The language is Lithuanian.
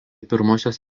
pirmosios